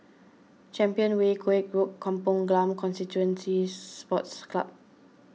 Champion Way Koek Road Kampong Glam Constituency Sports Club